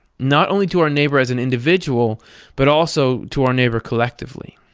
not only to our neighbor as an individual but also to our neighbor collectively.